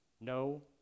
no